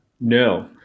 No